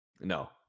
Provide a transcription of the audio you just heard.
No